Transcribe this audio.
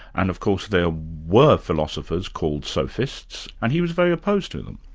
and of course there were philosophers called sophists and he was very opposed to them.